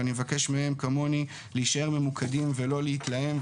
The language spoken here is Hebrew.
ואני מבקש מהם, כמוני, להישאר ממוקדים ולא להתלהם.